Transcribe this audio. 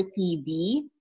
TV